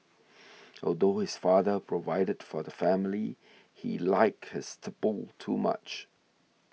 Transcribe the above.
although his father provided for the family he liked his tipple too much